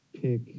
pick